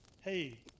Hey